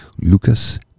Lucas